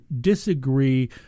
disagree